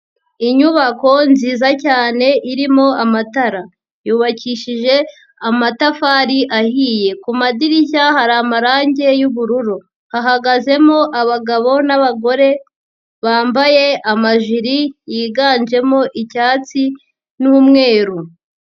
Inyubako nziza cyane irimo amatara, yubakishije amatafari ahiye, ku madirishya hari amarangi y'ubururu, hahagazemo abagabo n'abagore bambaye amajiri yiganjemo icyatsi n'umweru.